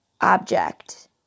object